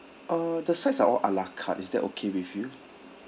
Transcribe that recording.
uh the sides are all ala carte is that okay with you